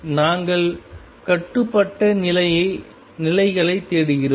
நாங்கள் கட்டுப்பட்ட நிலைகளைத் தேடுகிறோம்